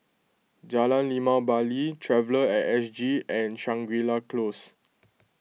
Jalan Limau Bali Traveller at S G and Shangri La Close